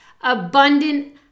abundant